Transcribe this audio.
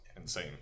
insane